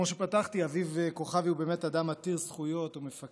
אביב כוכבי הוא באמת אדם עתיר זכויות ומפקד מקצועי,